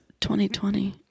2020